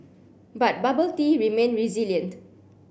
but bubble tea remained resilient